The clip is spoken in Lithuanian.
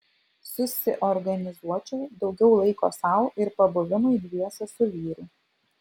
susiorganizuočiau daugiau laiko sau ir pabuvimui dviese su vyru